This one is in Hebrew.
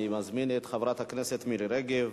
אני מזמין את חברת הכנסת מירי רגב,